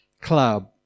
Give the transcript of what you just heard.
club